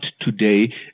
today